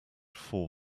four